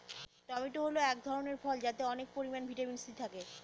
tomato হল এক ধরনের ফল যাতে অনেক পরিমান ভিটামিন সি থাকে